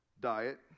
diet